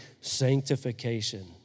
Sanctification